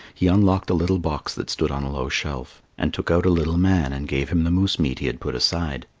he unlocked a little box that stood on a low shelf, and took out a little man and gave him the moose meat he had put aside.